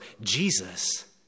Jesus